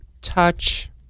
touch